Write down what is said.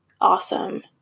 awesome